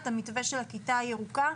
את המתווה של הכיתה הירוקה,